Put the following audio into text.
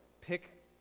pick